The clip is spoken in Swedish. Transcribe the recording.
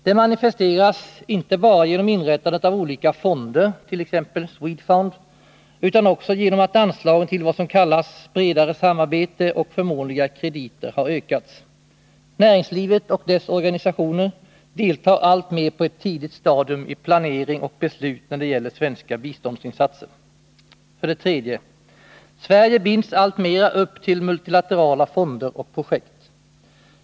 Det manifesteras inte bara genom inrättande av olika fonder t.ex. Swedfund, utan också genom att anslagen till vad som kallas bredare samarbete och förmånliga krediter har ökats. Näringslivet och dess organisationer deltar alltmer på ett tidigt stadium i planering och beslut när det gäller svenska biståndsinsatser. 3. Sverige binds alltmer upp till multilaterala fonder och projekt.